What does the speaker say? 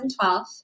2012